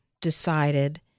decided